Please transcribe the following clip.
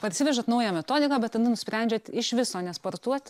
parsivežat naują metodiką bet tada nusprendžiat iš viso nesportuot